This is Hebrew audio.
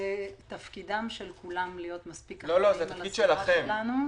זה תפקידם של כולם להיות מספיק אחראים על הסביבה שלנו,